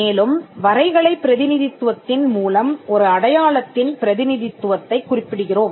மேலும் வரைகலை பிரதிநிதித்துவத்தின் மூலம் ஒரு அடையாளத்தின் பிரதிநிதித்துவத்தைக் குறிப்பிடுகிறோம்